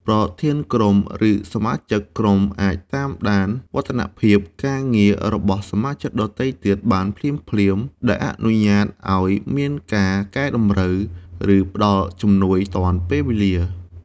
ប្រធានក្រុម ឬសមាជិកក្រុមអាចតាមដានវឌ្ឍនភាពការងាររបស់សមាជិកដទៃទៀតបានភ្លាមៗ ដែលអនុញ្ញាតឲ្យមានការកែតម្រូវ ឬផ្តល់ជំនួយទាន់ពេលវេលា។